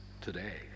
today